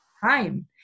time